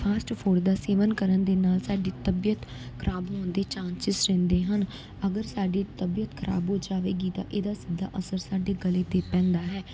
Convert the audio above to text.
fast food ਦਾ ਸੇਵਨ ਕਰਨ ਦੇ ਨਾਲ ਸਾਡੀ ਤਬੀਅਤ ਖਰਾਬ ਹੋਣ ਦੀ ਚਾਂਸਿਸ ਰਹਿੰਦੇ ਹਨ ਅਗਰ ਸਾਡੀ ਤਬੀਅਤ ਖਰਾਬ ਹੋ ਜਾਵੇਗੀ ਤਾਂ ਇਹਦਾ ਸਿੱਧਾ ਅਸਰ ਸਾਡੇ ਗਲੇ 'ਤੇ ਪੈਂਦਾ ਹੈ